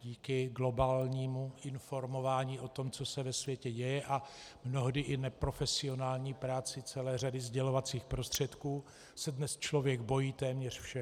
Díky globálnímu informování o tom, co se dnes ve světě děje, a mnohdy i neprofesionální práci celé řady sdělovacích prostředků se dnes člověk bojí téměř všeho.